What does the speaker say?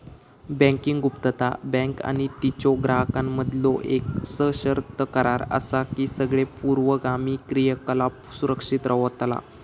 banking गुप्तता, bank आणि तिच्यो ग्राहकांमधीलो येक सशर्त करार असा की सगळे पूर्वगामी क्रियाकलाप सुरक्षित रव्हतला